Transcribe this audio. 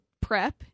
prep